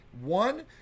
one